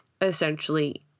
essentially